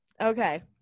Okay